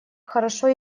хорошо